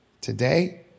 Today